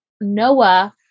Noah